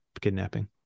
kidnapping